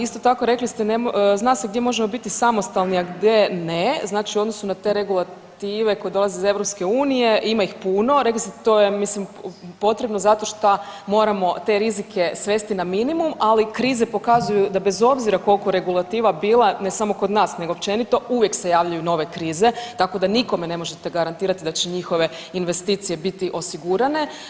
Isto tako rekli ste zna se gdje možemo biti samostalni, a gdje ne, znači u odnosu na te regulative koje dolaze iz EU, ima ih puno, rekli ste to je mislim potrebno zato šta moramo te rizike svesti na minimum, ali krize pokazuju da bez obzira koliko regulativa bile ne samo kod nas nego općenito uvijek se javljaju nove krize tako da nikome ne možete garantirati da će njihove investicije biti osigurane.